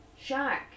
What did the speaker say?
Shark